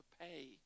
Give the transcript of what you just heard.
pay